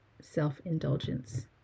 self-indulgence